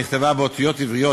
נכתבה באותיות עבריות,